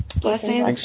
Blessings